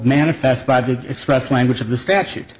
manifest by the express language of the statute